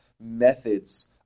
methods